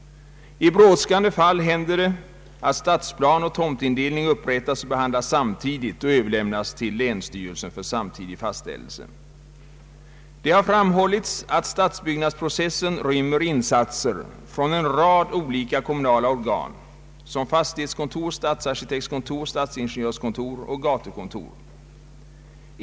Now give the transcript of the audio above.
I brådskande fall händer det att stadsplan och tomtindelning upprättas och behandlas samtidigt och överlämnas till länsstyrelsen för samtidig fastställelse. Det har framhållits att stadsbyggnadsprocessen rymmer insatser från en rad olika kommunala organ, såsom fastig hetskontor, stadsarkitektskontor, stadsingenjörskontor och gatukontor.